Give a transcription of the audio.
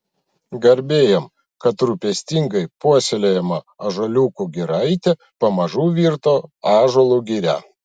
garbė jam kad rūpestingai puoselėjama ąžuoliukų giraitė pamažu virto ąžuolų giria